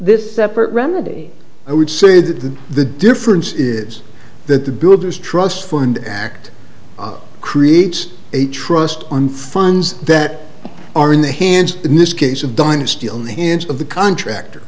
this separate remedy i would say that the difference is that the builders trust fund act creates a trust and funds that are in the hands in this case of dynasty and hands of the contractor